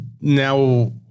now